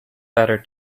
better